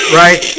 right